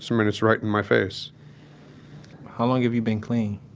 so mean, it's right in my face how long have you been clean?